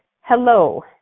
hello